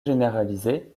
généraliser